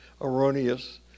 erroneous